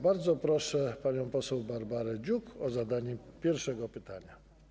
Bardzo proszę panią poseł Barbarę Dziuk o zadanie pierwszego pytania.